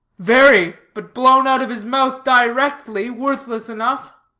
very, but blown out of his mouth directly, worthless enough.